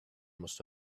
must